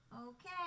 Okay